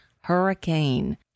hurricane